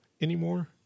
anymore